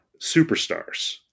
superstars